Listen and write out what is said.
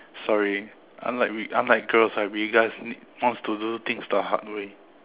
sorry I'm like weak I'm like girl so we guys need wants to do things the hard way